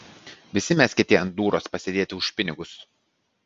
visi mes kieti ant dūros pasėdėti už pinigus